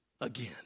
again